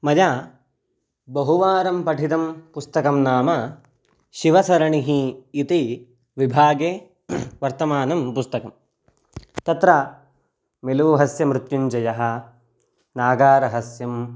मया बहुवारं पठितं पुस्तकं नाम शिवसरणिः इति विभागे वर्तमानं पुस्तकं तत्र मिलूहस्य मृत्युञ्जयः नागारहस्यम्